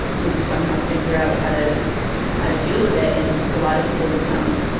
you know, somehow figure out how to how to deal with it, and a lot of people become,